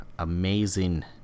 amazing